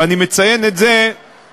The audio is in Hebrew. ואני מציין את זה במיוחד,